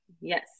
yes